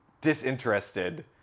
disinterested